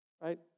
right